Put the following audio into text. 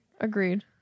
Agreed